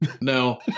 No